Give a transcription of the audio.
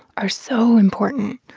are so important.